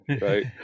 right